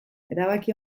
erabaki